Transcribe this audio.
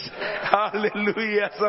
Hallelujah